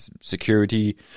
security